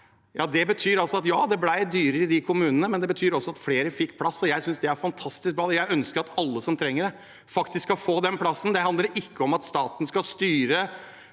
Ja, det betyr at det ble dyrere i de kommunene, men det betyr også at flere fikk plass. Jeg synes det er fantastisk. Jeg ønsker at alle som trenger det, skal få den plassen. Der handler det ikke om at staten skal styre,